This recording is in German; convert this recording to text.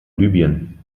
libyen